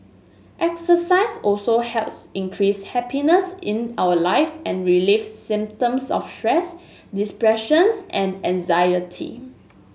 exercise also helps increase happiness in our life and relieve symptoms of stress depressions and anxiety